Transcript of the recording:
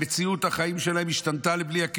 מציאות החיים שלהם השתנתה לבלי הכר,